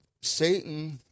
Satan